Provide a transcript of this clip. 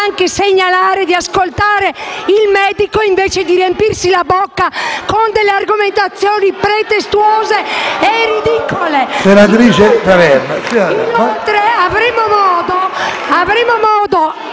anche segnalare di ascoltare il medico, invece di riempirsi la bocca con delle argomentazioni pretestuose e ridicole.